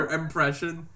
impression